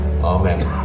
Amen